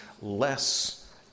less